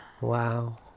Wow